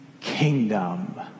kingdom